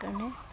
কাৰণে